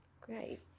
great